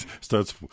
Starts